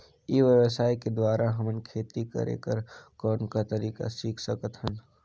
ई व्यवसाय के द्वारा हमन खेती करे कर कौन का तरीका सीख सकत हन?